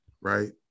right